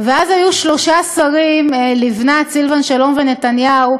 אז היו שלושה שרים, לבנת, סילבן שלום ונתניהו,